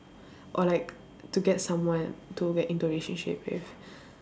or like to get someone to get into relationship with